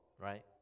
right